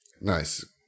nice